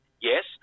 Yes